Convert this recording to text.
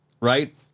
Right